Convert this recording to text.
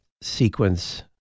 sequence